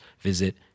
visit